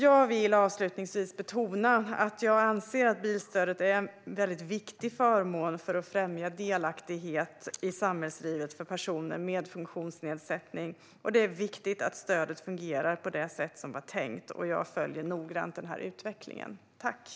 Jag vill avslutningsvis betona att jag anser att bilstödet är en viktig förmån för att främja delaktighet i samhällslivet för personer med funktionsnedsättning. Det är viktigt att stödet fungerar på det sätt som är tänkt och jag följer noggrant utvecklingen på området.